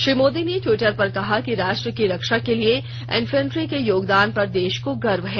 श्री मोदी ने ट्वीटर पर कहा कि राष्ट्र की रक्षा के लिए इंफेंट्री के योगदान पर देश को गर्व है